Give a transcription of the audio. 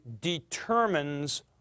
determines